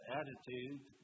attitude